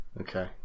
Okay